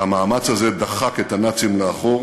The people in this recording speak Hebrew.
והמאמץ הזה דחק את הנאצים לאחור